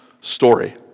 story